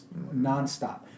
nonstop